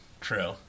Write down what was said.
True